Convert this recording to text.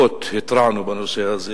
והתרענו רבות בנושא הזה,